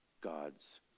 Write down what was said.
God's